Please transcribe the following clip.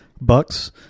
Bucks